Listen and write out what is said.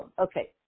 Okay